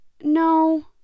No